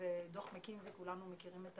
את דוח מקינזי, וכולנו מכירים את